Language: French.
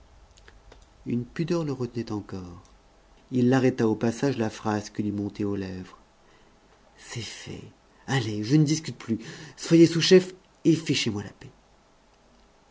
une pudeur le retenait encore il arrêta au passage la phrase qui lui montait aux lèvres c'est fait allez je ne discute plus soyez sous-chef et fichez-moi la paix